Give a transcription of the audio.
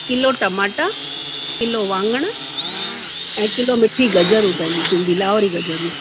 kilo टमाटा kilo वाङण ऐं किलो मिठी गजरूं पंहिंजी सिंधी लाहौरी गजरूं